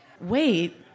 Wait